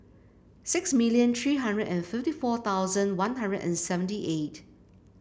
six million three hundred and fifty four thousand One Hundred and seventy eight